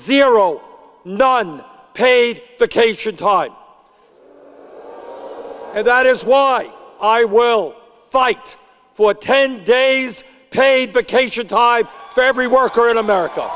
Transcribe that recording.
zero non paid vacation taught and that is why i will fight for ten days paid vacation type for every worker in america